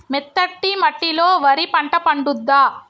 మెత్తటి మట్టిలో వరి పంట పండుద్దా?